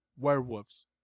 werewolves